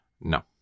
No